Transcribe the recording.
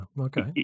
okay